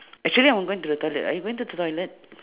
actually I'm going to the toilet are you going to the toilet